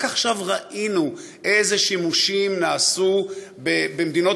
רק עכשיו ראינו איזה שימושים נעשו במדינות